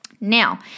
Now